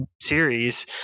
series